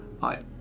hi